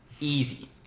Easy